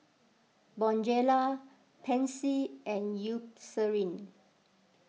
Bonjela Pansy and Eucerin